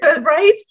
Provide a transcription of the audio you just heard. right